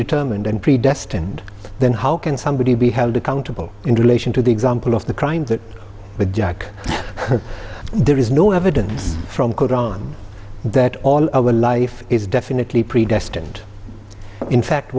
determined and predestined then how can somebody be held accountable in relation to the example of the crime that with jack there is no evidence from koran that all our life is definitely predestined in fact